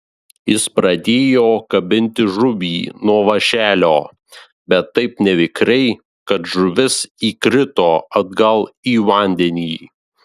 jis pradėjo kabinti žuvį nuo vąšelio bet taip nevikriai kad žuvis įkrito atgal į vandenį